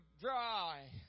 dry